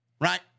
right